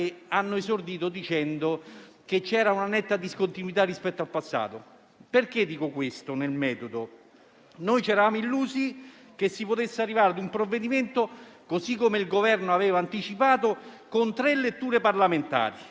hanno esordito dicendo che c'è una netta discontinuità rispetto al passato. Perché dico questo nel metodo? Noi ci eravamo illusi che si potesse arrivare ad un provvedimento, come il Governo aveva anticipato, con tre letture parlamentari